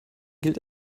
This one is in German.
gilt